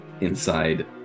inside